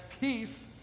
peace